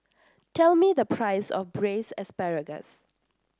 tell me the price of Braised Asparagus